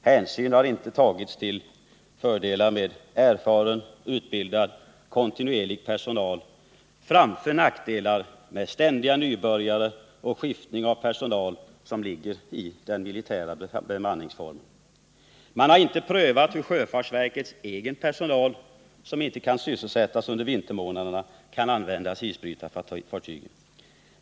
Hänsyn har inte tagits till fördelarna med erfaren, utbildad och kontinuerligt anställd personal i förhållande till nackdelarna med ständiga nybörjare och byten av personal, vilket ligger i den militära bemanningsformen. Man har inte prövat hur den personal på sjöfartsverket som inte kan sysselsättas under vintermånaderna kan användas på isbrytarfartygen.